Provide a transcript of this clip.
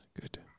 good